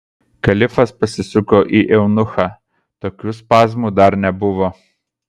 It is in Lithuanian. kalifas pasisuko į eunuchą tokių spazmų dar nebuvo